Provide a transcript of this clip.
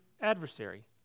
adversary